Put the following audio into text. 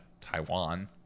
Taiwan